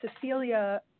Cecilia